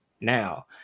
now